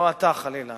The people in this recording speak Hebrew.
לא אתה, חלילה.